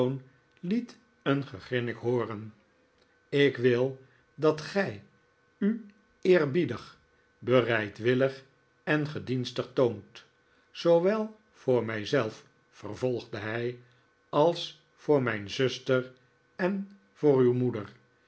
liet een gegrinnik hooren ik wil dat gij u eerbiedig bereidwillig en gedienstig toont zoowel voor mijzelf vervolgde hij als voor mijn zuster en voor uw moeder